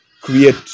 create